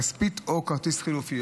כספית או כרטיס חלופי,